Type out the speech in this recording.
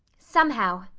somehow,